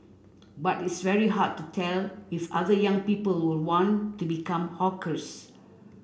but it's very hard to tell if other young people will want to become hawkers